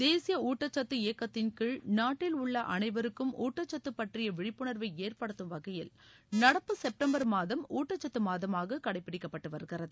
தேசிய ஊட்டச்சத்து இயக்கத்தின்கீழ் நாட்டில் உள்ள அனைவருக்கும் ஊட்டச்சத்து பற்றிய விழிப்புணா்வை ஏற்படுத்தும் வகையில் நடப்பு செப்டம்பர் மாதம் ஊட்டச்சத்து மாதமாக கடைபிடிக்கப்பட்டு வருகிறது